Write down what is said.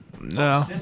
No